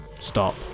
stop